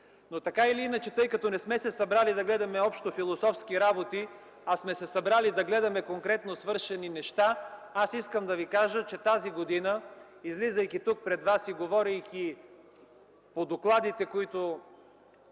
съдебен процес. Тъй като не сме се събрали да гледаме общо философски работи, а сме се събрали да гледаме конкретно свършени неща, искам да Ви кажа, че тази година, излизайки тук пред вас и говорейки по докладите, които